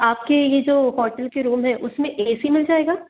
आपके ये जो होटल के रूम है उसमें ए सी मिल जाएगा